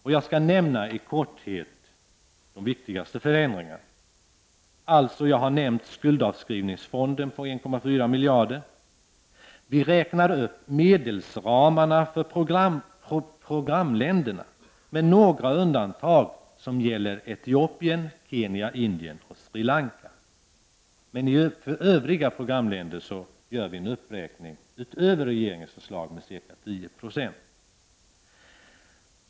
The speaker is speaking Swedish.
Jag skall i korthet nämna de viktigaste förändringarna. Jag har tidigare nämnt en skuldavskrivningsfond på 1,4 miljarder. Vi räknar upp medelsramarna för programländerna, med några undantag som gäller Etiopien, Kenya, Indien och Sri Lanka, med ca 10 20 jämfört med regeringens förslag.